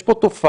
יש פה תופעה